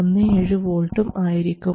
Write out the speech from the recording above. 17 V ഉം ആയിരിക്കും